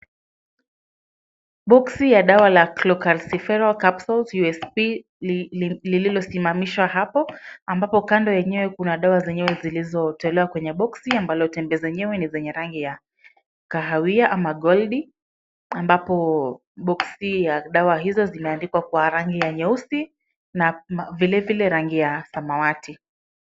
Boksi ya dawa la Cholecalciferol capsules USP lililosimamishwa hapo, ambapo kando yenyewe kuna dawa zenyewe zilizotolewa kwenye boksi, ambalo tembe zenyewe ni zenye rangi ya kahawia ama gold . Ambapo boksi ya dawa hizo zimeandikwa kwa rangi ya nyeusi na vilevile rangi ya samawati.